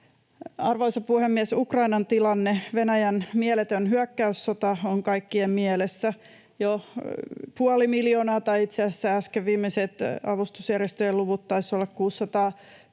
Arvoisa puhemies! Ukrainan tilanne, Venäjän mieletön hyökkäyssota, on kaikkien mielessä. Jo puoli miljoonaa — tai itse asiassa äsken viimeiset avustusjärjestöjen luvut taisivat olla 660 000